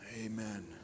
Amen